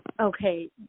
okay